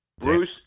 Bruce